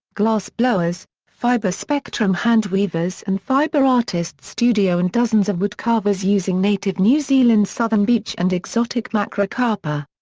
glass blowers, fibre spectrum handweavers and fibre artists' studio and dozens of wood carvers using native new zealand southern beech and exotic macrocarpa.